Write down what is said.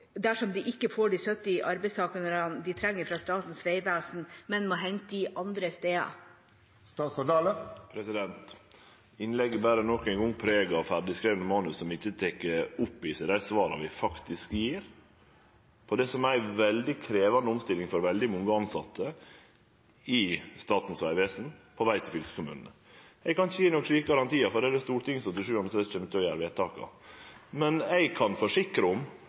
dersom de ikke får de 70 arbeidstakerne de trenger fra Statens vegvesen, men må hente dem andre steder? Innlegget ber endå ein gong preg av ferdigskrivne manus som ikkje tek opp i seg dei svara vi faktisk gjev. Det er ei krevjande omstilling for veldig mange tilsette i Statens vegvesen på veg til fylkeskommunane. Eg kan ikkje gje nokon slike garantiar, for det er Stortinget som til sjuande og sist kjem til å gjere vedtaka. Men eg kan forsikre om